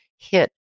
hit